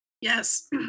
Yes